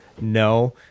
no